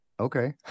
Okay